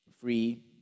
Free